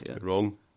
Wrong